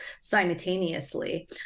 simultaneously